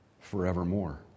forevermore